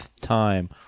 time